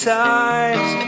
times